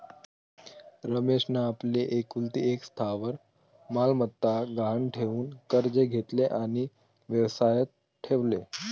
रमेशने आपली एकुलती एक स्थावर मालमत्ता गहाण ठेवून कर्ज घेतले आणि व्यवसायात ठेवले